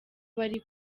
bari